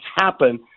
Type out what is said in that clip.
happen